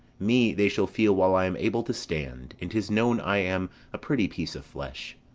me they shall feel while i am able to stand and tis known i am a pretty piece of flesh.